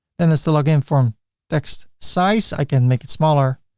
and there's the login form text size, i can make it smaller.